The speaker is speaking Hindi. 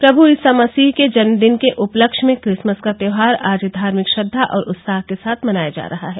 प्रमु ईसा मसीह के जन्मदिन के उपलक्ष्य में क्रिसमस का त्यौहार आज धार्मिक श्रद्वा और उत्साह के साथ मनाया जा रहा है